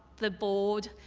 the board,